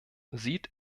sieht